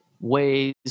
ways